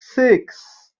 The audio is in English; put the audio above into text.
six